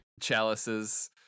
chalices